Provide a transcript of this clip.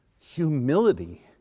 humility